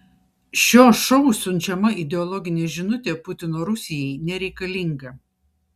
šio šou siunčiama ideologinė žinutė putino rusijai nereikalinga